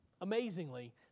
amazingly